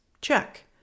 Check